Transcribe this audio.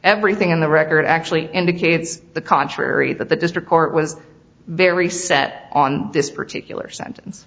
everything in the record actually indicates the contrary that the district court was very set on this particular sentence